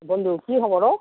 বন্ধু কি খবৰ অ'